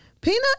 Peanut